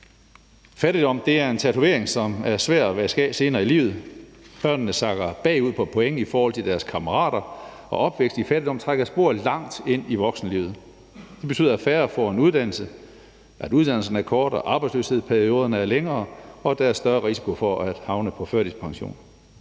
Fattigdom er en tatovering, som er svær at vaske af senere i livet. Børnene sakker bagud på point i forhold til deres kammerater, og opvækst i fattigdom trækker spor langt ind i voksenlivet. Det betyder, at færre får en uddannelse, at uddannelserne er kortere, at arbejdsløshedsperioderne er længere, og at der er større risiko for at havne på førtidspension.